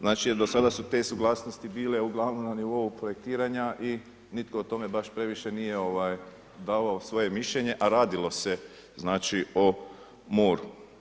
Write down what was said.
Znači do sada su te suglasnosti bile uglavnom na nivou projektiranja i nitko o tome baš previše nije davao svoje mišljenje a radilo se o moru.